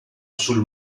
sul